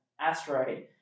asteroid